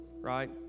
right